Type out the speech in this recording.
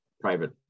private